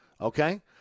Okay